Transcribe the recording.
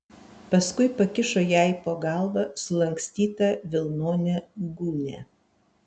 paskui pakišo jai po galva sulankstytą vilnonę gūnią